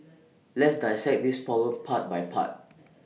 let's dissect this problem part by part